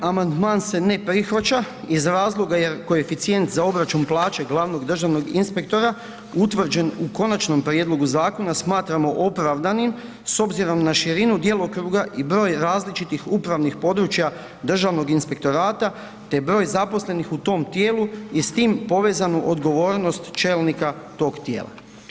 Amandman se ne prihvaća iz razloga jer koeficijent za obračun plaće glavnog državnog inspektora utvrđen u konačnom prijedlogu zakona smatramo opravdanim s obzirom na širinu djelokruga i broj različitih upravnih područja Državnog inspektorata te broj zaposlenih u tom tijelu i s tim povezanu odgovornost čelnika tog tijela.